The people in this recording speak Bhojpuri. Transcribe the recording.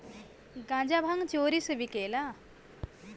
गांजा भांग चोरी से बिकेला